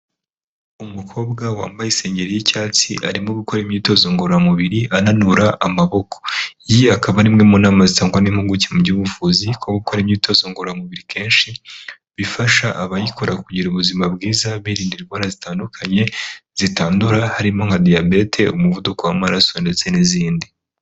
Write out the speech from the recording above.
Umukobwa wambaye insengeri y'icyatsi arimo gukora imyitozo ngororamubiri ananura amaboko. Iyi akaba ari imwe mu nama zitangwa n'impuguke mu by'ubuvuzi ko gukora imyitozo ngororamubiri kenshi bifasha abayikora kugira ubuzima bwiza, birinda indwara zitandukanye zitandura, harimo nka diyabete, umuvuduko w'amaraso ndetse n'izindi.